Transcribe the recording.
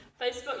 Facebook